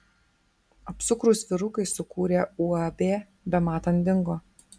apsukrūs vyrukai sukūrę uab bematant dingo